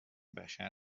بشر